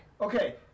Okay